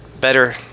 better